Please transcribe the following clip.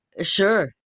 Sure